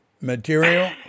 material